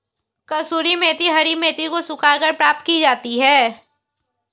कसूरी मेथी हरी मेथी को सुखाकर प्राप्त की जाती है